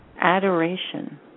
adoration